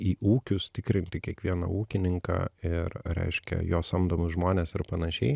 į ūkius tikrinti kiekvieną ūkininką ir reiškia jo samdomus žmones ir panašiai